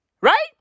Right